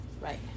Right